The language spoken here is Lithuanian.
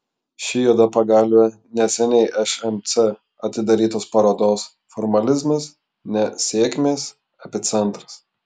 ši juoda pagalvė neseniai šmc atidarytos parodos formalizmas ne sėkmės epicentras